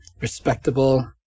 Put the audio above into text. respectable